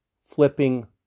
flipping